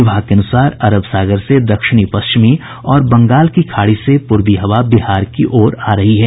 विभाग के अनुसार अरब सागर से दक्षिणी पश्चिमी और बंगाल की खाड़ी से पूर्वी हवा बिहार की ओर आ रही है